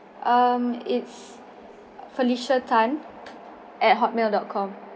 uh is felicia Tan at hotmail dot com